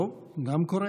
טוב, גם קורה.